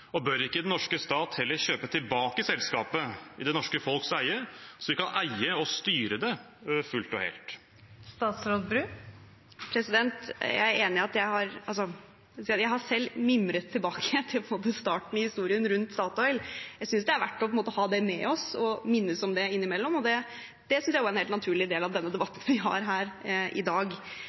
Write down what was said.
Og bør ikke den norske stat heller kjøpe tilbake selskapet i det norske folks eie, så vi kan eie og styre det fullt og helt? Jeg har selv mimret tilbake til starten på historien rundt Statoil. Det er verdt å ha det med oss og bli minnet om det innimellom, og det synes jeg er en helt naturlig del av denne debatten vi har her i dag.